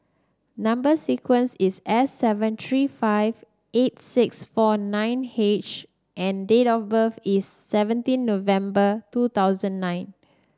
number sequence is S seven three five eight six four nine H and date of birth is seventeen November two thousand nine